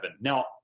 Now